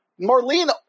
Marlene